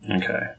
Okay